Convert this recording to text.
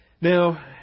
Now